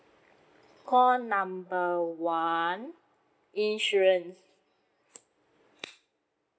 call number one insurance